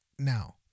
now